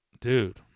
Dude